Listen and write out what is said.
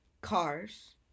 cars